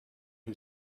who